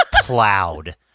plowed